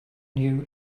new